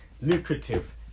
Lucrative